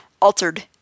altered